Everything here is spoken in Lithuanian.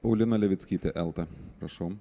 paulina levickytė elta prašau